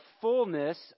fullness